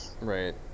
Right